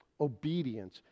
obedience